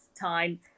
time